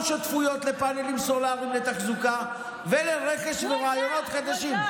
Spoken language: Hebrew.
שותפויות לפאנלים סולריים ותחזוקה ולרכש ורעיונות חדשים.